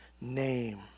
name